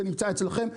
זה נמצא אצלכם.